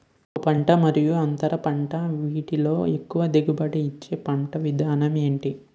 ఒక పంట మరియు అంతర పంట వీటిలో ఎక్కువ దిగుబడి ఇచ్చే పంట విధానం ఏంటి?